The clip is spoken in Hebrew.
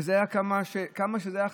וזה היה, כמה שזה היה.